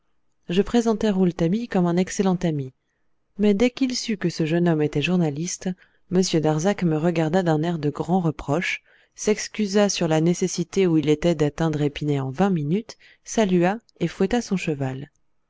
je présentai rouletabille comme un excellent ami mais dès qu'il sut que ce jeune homme était journaliste m darzac me regarda d'un air de grand reproche s'excusa sur la nécessité où il était d'atteindre épinay en vingt minutes salua et fouetta son cheval